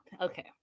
okay